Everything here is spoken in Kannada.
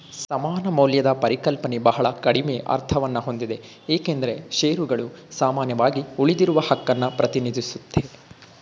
ಸಮಾನ ಮೌಲ್ಯದ ಪರಿಕಲ್ಪನೆ ಬಹಳ ಕಡಿಮೆ ಅರ್ಥವನ್ನಹೊಂದಿದೆ ಏಕೆಂದ್ರೆ ಶೇರುಗಳು ಸಾಮಾನ್ಯವಾಗಿ ಉಳಿದಿರುವಹಕನ್ನ ಪ್ರತಿನಿಧಿಸುತ್ತೆ